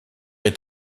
est